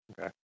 Okay